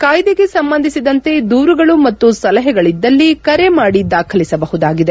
ಕಾಯ್ದೆಗೆ ಸಂಬಂಧಿಸಿದಂತೆ ದೂರುಗಳು ಮತ್ತು ಸಲಹೆಗಳಿದ್ದಲ್ಲಿ ಕರೆ ಮಾಡಿ ದಾಖಲಿಸಬಹುದಾಗಿದೆ